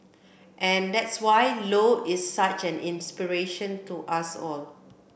and that's why Low is such an inspiration to us all